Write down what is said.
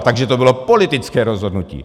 Takže to bylo politické rozhodnutí!